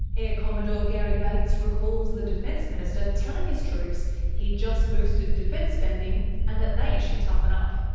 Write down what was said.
air commodore garry bates recalls the defence minister telling his troops he'd just boosted defence spending, and that they should toughen up.